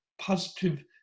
positive